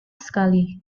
sekali